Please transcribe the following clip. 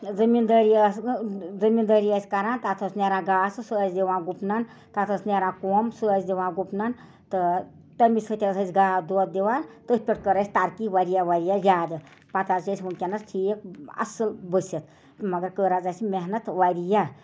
زٔمیٖن دٲری ٲس نہٕ زٔمیٖدٲری ٲسۍ کَران تتھ اوس نیران گاسہٕ سُہ ٲسۍ دِوان گُپنن تتھ ٲس نیران کۄم سُہ ٲسۍ دِوان گُپنن تہٕ تَمی سۭتۍ ٲسۍ اَسہِ گاو دۄد دِوان تٔتھۍ پٮ۪ٹھ کٔر اَسہِ ترقی وارِیاہ وارِیاہ زیادٕ پتہٕ حظ چھِ أ سۍ وٕنکٮ۪نس ٹھیٖک اصٕل بٔسِت مگر کٔر حظ اَسہِ محنت وارِیاہ